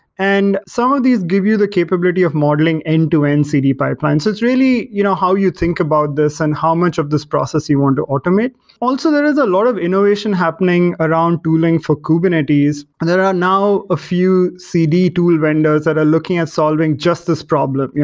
and some of these give you the capability of modeling end-to-end cd pipelines. it's really you know how you think about this and how much of this process you want to automate also, there is a lot of innovation happening around tooling for kubernetes. and there are now a few cd tool vendors that are looking at solving just this problem,